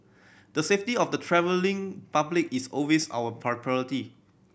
the safety of the travelling public is always our priority